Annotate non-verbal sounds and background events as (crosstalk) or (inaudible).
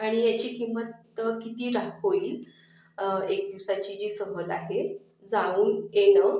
आणि याची किंमत किती (unintelligible) होईल एक दिवसाची जी सहल आहे जाऊन येणं